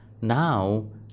now